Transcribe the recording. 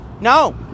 No